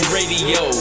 Radio